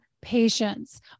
patience